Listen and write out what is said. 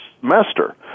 semester